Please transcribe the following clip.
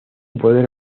poder